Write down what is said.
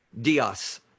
Diaz